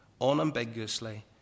Unambiguously